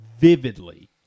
vividly